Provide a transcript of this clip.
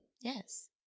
yes